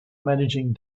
managing